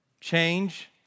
Change